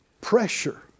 Pressure